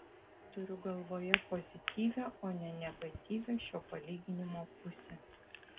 turiu galvoje pozityvią o ne negatyvią šio palyginimo pusę